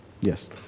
Yes